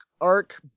arc